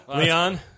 Leon